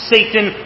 Satan